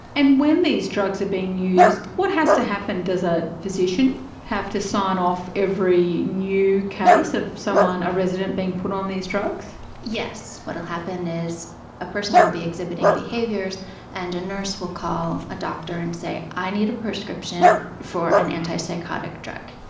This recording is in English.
and when these drugs are being used, what has to happen? does a physician have to sign off every new case of someone, a resident, being put on these drugs? yes. what will happen is a person will be exhibiting behaviours and a nurse will call a doctor and say i need a prescription for an antipsychotic drug.